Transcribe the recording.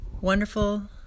wonderful